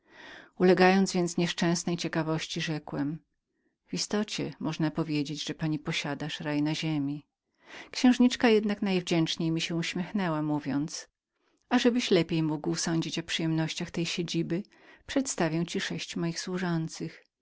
ulegając więc niepowściągnionej ciekawości rzekłem w istocie można powiedzieć że pani posiadasz raj na ziemi księżniczka jednak najwdzięczniej mi się uśmiechnęła mówiąc ażebyś lepiej mógł osądzić o przyjemnościach tego pobytu przedstawię ci sześć moich służących